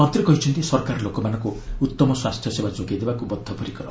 ମନ୍ତ୍ରୀ କହିଛନ୍ତି ସରକାର ଲୋକମାନଙ୍କୁ ଉତ୍ତମ ସ୍ୱାସ୍ଥ୍ୟସେବା ଯୋଗାଇ ଦେବାକ୍ ବଦ୍ଧପରିକର